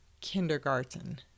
kindergarten